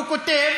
טכנית,